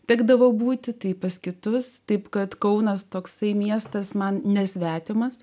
tekdavo būti tai pas kitus taip kad kaunas toksai miestas man nesvetimas